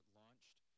launched